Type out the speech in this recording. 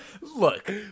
look